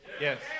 Yes